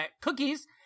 cookies